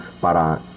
para